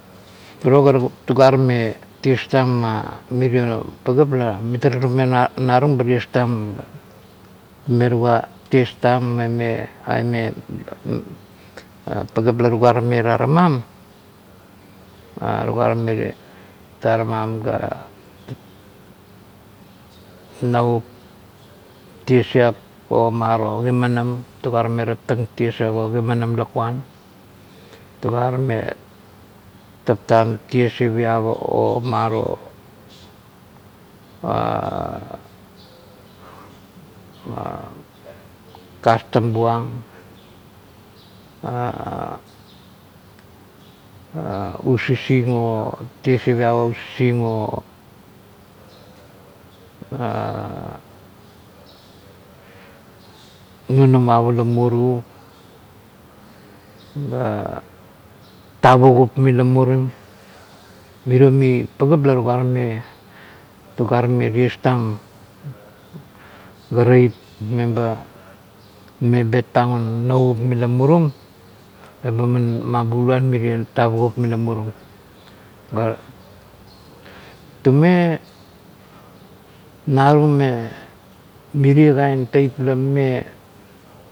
Turuo tugatame tieg tang mma mirie pagap la tumme na narung meba ties tang ma, me tuga ties tang me pagap la tuga tame traraam ga nanavup tiesiap o kimanam tuga tame tapta tiesiap o kimanam lakuan. Tuga tame tapam tiesiap a kastam buang o ususing o nunamap ula muru ga taukup mila murum mirio mi pagap la tuga tame tuga tame ties tang ga taip meba bet pangun narup mi la muruim meba man mabuuan mire tavukup mila mumurumga, tuma narung me mirie kain teip lamame.